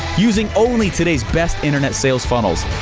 using only today's best internet sales funnels.